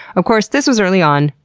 of course, this was early on,